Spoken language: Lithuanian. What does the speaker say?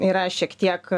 yra šiek tiek